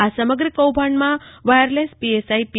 આ સમગ્ર કૌભાંડમાં વાયરલેસ પીએસઆઈ પી